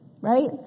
right